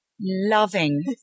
loving